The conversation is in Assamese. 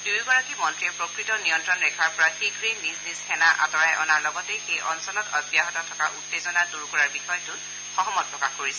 দুয়োগৰাকী মন্ত্ৰীয়ে প্ৰকৃত নিয়ন্ত্ৰণ ৰেখাৰ পৰা শীঘ্ৰেই নিজ সেনা আঁতৰাই অনাৰ লগতে সেই অঞ্চলত অব্যাহত থকা উত্তেজনা দূৰ কৰাৰ বিষয়টো সহমত প্ৰকাশ কৰিছে